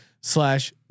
slash